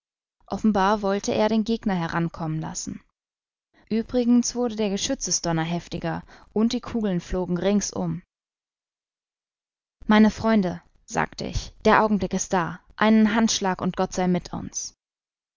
offenbar wollte er den gegner herankommen lassen uebrigens wurde der geschützesdonner heftiger und die kugeln flogen ringsum meine freunde sagte ich der augenblick ist da einen handschlag und gott sei mit uns